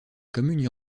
commune